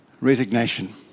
Resignation